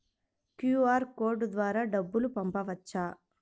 QR code ద్వారా డబ్బులు పంపవచ్చా?